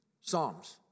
Psalms